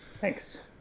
thanks